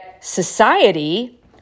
society